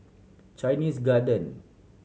Chinese Garden